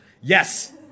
Yes